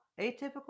Atypical